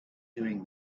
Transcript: doing